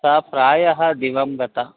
सा प्रायः दिवं गता